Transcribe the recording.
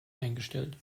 eingestellt